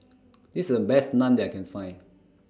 This IS The Best Naan that I Can Find